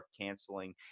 canceling